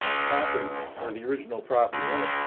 ah property or the original property owner.